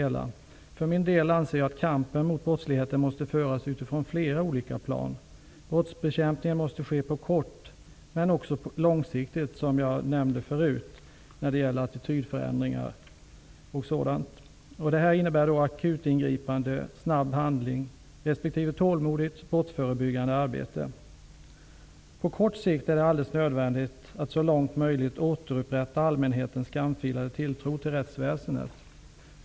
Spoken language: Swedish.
För min del anser jag att kampen mot brottsligheten måste föras på flera olika plan. Attitydförändringar när det gäller brottsbekämpning måste ske på kort sikt men också på lång sikt, som jag förut nämnde. Detta innebär akutingripande, snabb handling respektive tålmodigt brottsförebyggande arbete. På kort sikt är det alldeles nödvändigt att så långt möjligt återupprätta allmänhetens skamfilade tilltro till rättsväsendet.